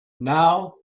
now